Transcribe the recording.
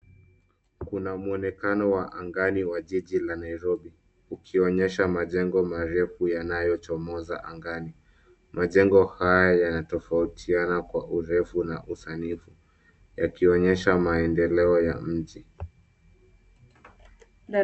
Kuna mwonekano wa angani wa jiji la Nairobi ,ukionyesha majengo marefu yanayochomoza angani. Majengo haya yanatofautiana kwa urefu na usanifu yakionyesha maendeleo ya mji.